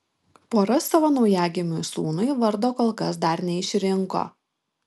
pora savo naujagimiui sūnui vardo kol kas dar neišrinko